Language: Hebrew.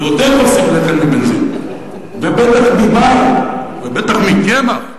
ועוד איך עושים לחם מבנזין, ובטח ממים, ובטח מקמח.